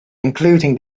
including